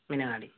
Meenangadi